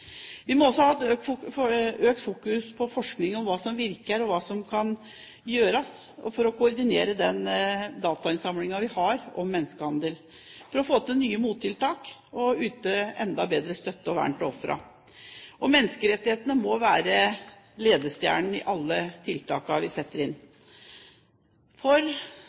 Vi må også fokusere mer på forskning om hva som virker, og hva som kan gjøres for å koordinere den datainnsamlingen vi har om menneskehandel, for å få til nye mottiltak og yte enda bedre støtte og vern til ofrene. Menneskerettighetene må være ledestjernen i alle tiltakene vi setter inn, for,